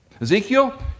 Ezekiel